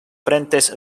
frentes